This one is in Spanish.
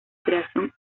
creación